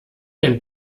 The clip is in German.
ein